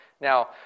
Now